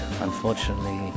unfortunately